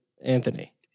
Anthony